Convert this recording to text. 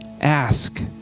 Ask